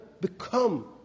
become